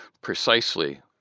precisely